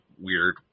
weird